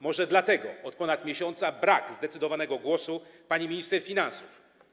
Może dlatego od ponad miesiąca brak zdecydowanego głosu pani minister finansów.